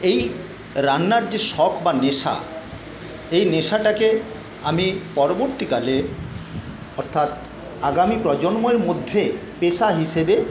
এই রান্নার যে শখ বা নেশা এই নেশাটাকে আমি পরবর্তীকালে অর্থাৎ আগামী প্রজন্মর মধ্যে পেশা হিসেবে